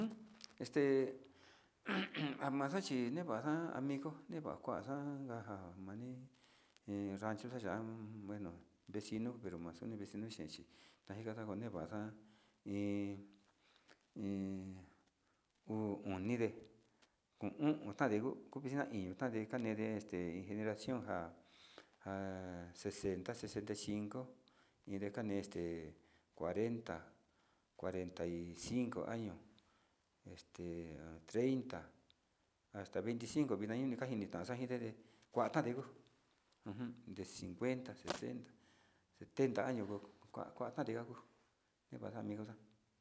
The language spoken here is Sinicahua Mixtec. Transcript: Este amaxo chi nivaxa amigo niva kuaxa inkanjan mani ni rancho chayan bueno, vexino vemaxoni vecino xenchi tekaxo nevaxa iin iin uu oni nde uu hu o'on tande on vecina iño kane nde este iin generacion nja nja, sesenta sesenta y cinco, indekane este cuarenta cuarenta y cinco año este treinta asta veinti cinco keni ni kaxa'a akini nde kuata xini nde uu inka sesenta setenta año kua kuatani njauu nikua amigo xa'a.